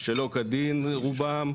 שלא כדין, רובם.